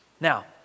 now